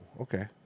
okay